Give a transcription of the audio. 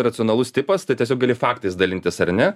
racionalus tipas tai tiesiog gali faktais dalintis ar ne